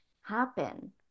happen